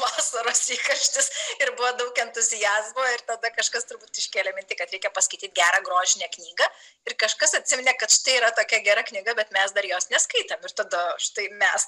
vasaros įkarštis ir buvo daug entuziazmo ir tada kažkas turbūt iškėlė mintį kad reikia paskaityti gerą grožinę knygą ir kažkas atsiminė kad štai yra tokia gera knyga bet mes dar jos neskaitėm ir tada štai mes